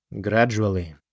Gradually